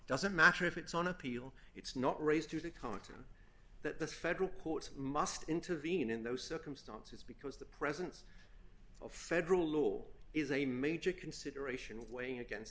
doesn't matter if it's on appeal it's not raised to the continent that the federal courts must intervene in those circumstances because the presence federal law is a major consideration of weighing against